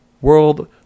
world